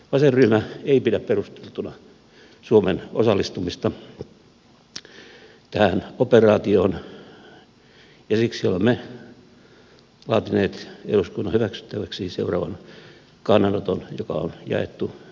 vasenryhmä ei pidä perusteltuna suomen osallistumista tähän operaatioon ja siksi olemme laatineet eduskunnan hyväksyttäväksi seuraavan kannanoton joka on jaettu istuntosalissa edustajien pöydille